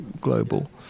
global